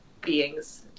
beings